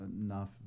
enough